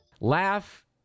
Laugh